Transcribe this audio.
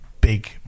big